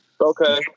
Okay